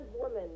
women